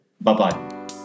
Bye-bye